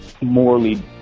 morally